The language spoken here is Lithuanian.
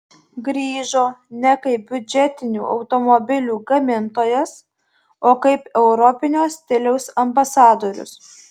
grįžo ne kaip biudžetinių automobilių gamintojas o kaip europinio stiliaus ambasadorius